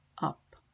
up